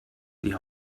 die